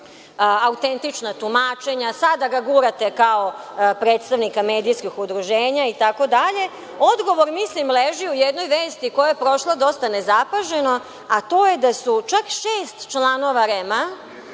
autentična tumačenja, sada ga gurate kao predstavnika medijskih udruženja itd. Odgovor mislim leži u jednoj vesti koja je prošla dosta nezapaženo, a to je da su čak šest članova REM